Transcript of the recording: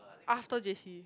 after J_C